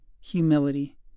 Humility